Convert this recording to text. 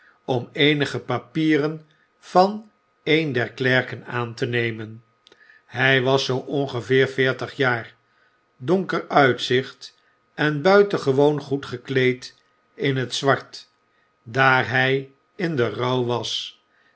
om eenige papieren van een der klerken aan te nemen hij was zoo ongeveer veertig jaar donker uitzicht en buitengewoon goed gekleed in t zwart daar hij in den rouw was